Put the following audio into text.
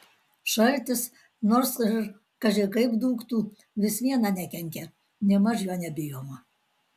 šaltis nors ir kaži kaip dūktų vis viena nekenkia nėmaž jo nebijoma